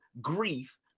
grief